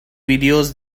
videos